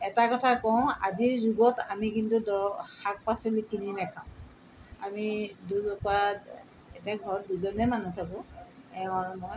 এটা কথা কওঁ আজিৰ যুগত আমি কিন্তু দৰ শাক পাচলি কিনি নেখাওঁ আমি এতিয়া ঘৰত দুজনে মানুহ থাকোঁ এওঁ আৰু মই